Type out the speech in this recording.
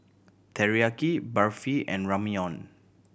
Teriyaki Barfi and Ramyeon